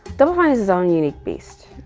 double fine is its own unique beast.